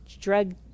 drug